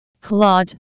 Claude